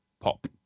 pop